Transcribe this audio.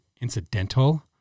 incidental